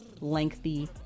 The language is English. lengthy